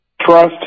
trust